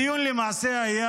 הדיון למעשה היה